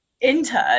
intern